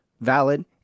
valid